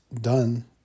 done